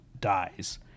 dies